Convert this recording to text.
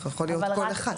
זה יכול להיות כל אחד.